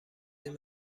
این